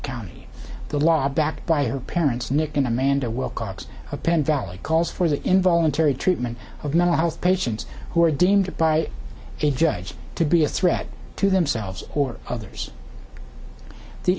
county the law backed by her parents nick and amanda wilcox of penn valley calls for the involuntary treatment of mental health patients who are deemed by a judge to be a threat to themselves or others the